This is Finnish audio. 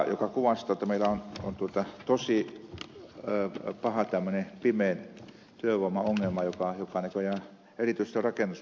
tämä kuvastaa jotta meillä on tosi paha tämmöinen pimeän työvoiman ongelma joka näköjään erityisesti on rakennuspuolella